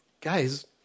guys